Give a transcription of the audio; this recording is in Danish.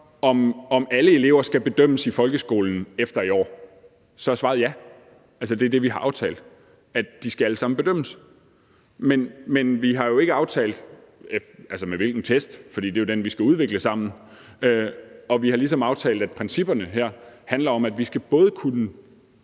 om alle elever i folkeskolen skal bedømmes efter i år, så er svaret ja. Det er det, vi har aftalt – de skal alle sammen bedømmes. Men vi har jo ikke aftalt, med hvilken test det skal foregå, for det er jo den, vi skal udvikle sammen, og vi har ligesom aftalt, at principperne her handler om, at vi skal kunne